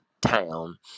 town